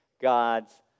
God's